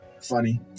funny